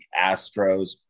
astros